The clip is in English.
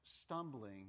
stumbling